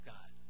God